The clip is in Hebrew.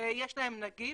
יש להם נגיף,